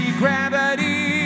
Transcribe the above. gravity